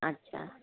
अछा